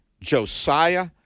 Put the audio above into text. Josiah